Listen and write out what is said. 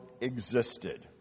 existed